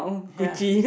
ya